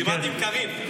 דיברתי עם קארין.